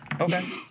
Okay